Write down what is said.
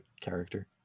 character